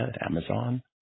Amazon